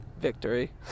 Victory